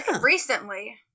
Recently